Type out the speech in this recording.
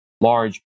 large